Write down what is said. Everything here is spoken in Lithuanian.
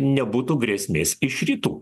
nebūtų grėsmės iš rytų